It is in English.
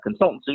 consultancy